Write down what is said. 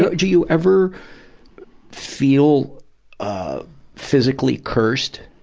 but do you ever feel ah physically cursed?